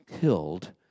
killed